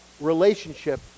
relationship